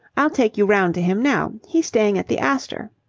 i'll take you round to him now. he's staying at the astor.